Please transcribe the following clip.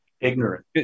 Ignorant